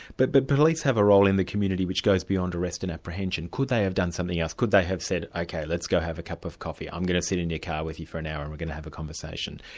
but the but police have a role in the community which goes beyond arrest and apprehension. could they have done something else? could they have said, ok, let's go have a cup of coffee. i'm going to sit in your car with you for an hour and we're going to have a conversation.